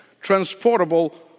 transportable